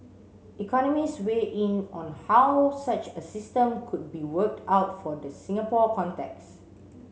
economists weighed in on how such a system could be worked out for the Singapore contexts